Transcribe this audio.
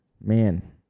Man